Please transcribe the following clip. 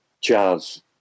jazz